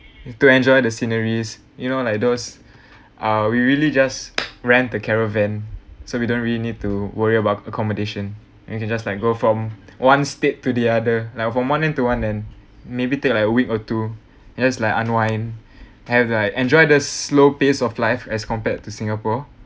to enjoy the sceneries you know like those ah we really just rent the caravan so we don't really need to worry about accommodation and you can just like go from one state to the other like from one end to one end maybe take like a week or two just like unwind have like enjoy the slow pace of life as compared to singapore